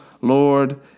Lord